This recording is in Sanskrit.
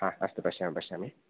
हा अस्तु पश्यामि पश्यामि